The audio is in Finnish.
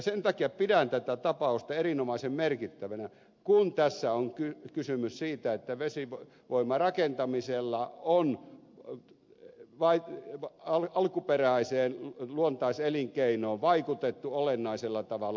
sen takia pidän tätä tapausta erinomaisen merkittävänä kun tässä on kysymys siitä että vesivoimarakentamisella on alkuperäiseen luontaiselinkeinoon vaikutettu olennaisella tavalla